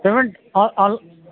payment on on